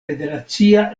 federacia